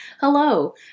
Hello